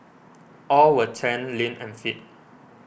all were tanned lean and fit